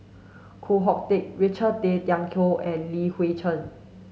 Koh Hoon Teck Richard Tay Tian Hoe and Li Hui Cheng